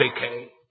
decay